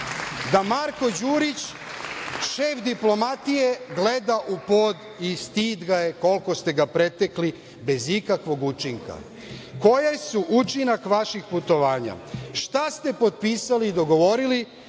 da Marko Đurić, šef diplomatije, gleda u pod i stid koliko ste ga pretekli bez ikakvog učinka? Koji je učinak vaših putovanja? Šta ste potpisali i dogovorili?